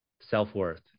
self-worth